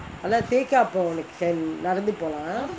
ஆனா:aana tekka அப்போ உனக்கு:apo unakku can நடந்து போலாம்:nadanthu polaam